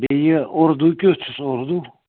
بیٚیہِ یہِ اردو کیُتھ چھُس اردو